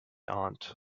aunt